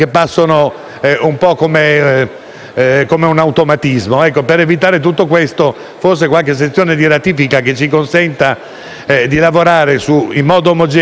come un automatismo. Per evitare tutto questo, forse qualche sessione di ratifica che ci consenta di lavorare in modo omogeneo e su blocchi di ratifiche